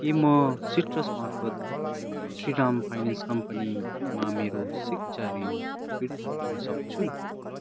के म सिट्रस मार्फत श्रीराम फाइनेन्स कम्पनीमा मेरो शिक्षा ऋण फिर्ता तिर्न सक्छु